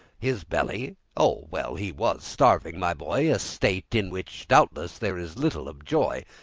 his belly? oh, well, he was starving, my boy state in which, doubtless, there's little of joy.